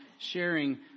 Sharing